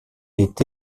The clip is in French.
est